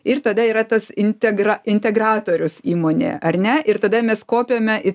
ir tada yra tas integra integratorius įmonėje ar ne ir tada mes kopiame į